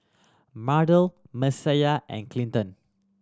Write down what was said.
Mardell Messiah and Clinton